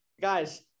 Guys